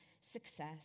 success